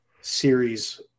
series